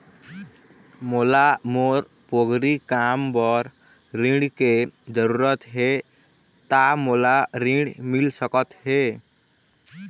मोला मोर पोगरी काम बर ऋण के जरूरत हे ता मोला ऋण मिल सकत हे?